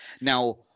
Now